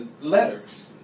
letters